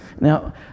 Now